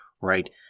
right